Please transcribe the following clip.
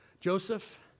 Joseph